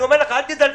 אני אומר לך אל תזלזל,